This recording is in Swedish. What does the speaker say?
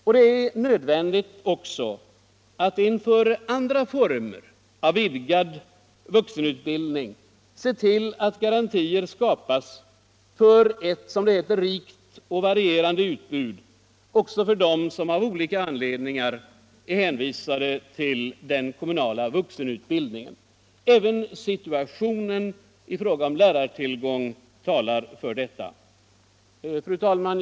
Det är även nödvändigt att inför andra former av vidgad vuxenutbildning se till att garantier skapas för ett, som det heter, rikt och varierande utbud också för dem som av olika anledningar är hänvisade till den kommunala vuxenutbildningen. Även lärartillgången talar för detta. Herr talman!